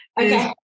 Okay